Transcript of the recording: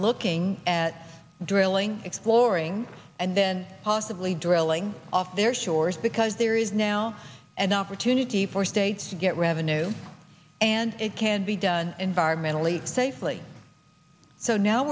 looking at drilling exploring and then possibly drilling off their shores because there is now an opportunity for states to get revenue and it can be done environmentally safely so now